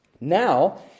Now